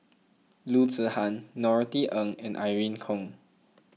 Loo Zihan Norothy Ng and Irene Khong